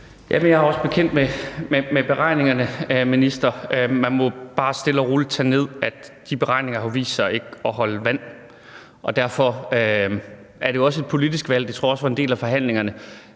Jeg er også bekendt med beregningerne, minister. Man må bare stille og roligt tage ned, at de beregninger har vist sig ikke at holde vand, og derfor er det jo også et politisk valg; det tror jeg også var en del af forhandlingerne.